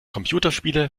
computerspiele